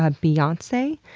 ah beyonce?